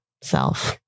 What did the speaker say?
self